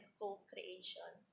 co-creation